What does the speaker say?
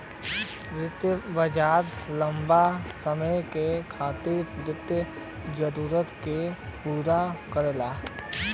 वित्तीय बाजार लम्बा समय के खातिर वित्तीय जरूरत के पूरा करला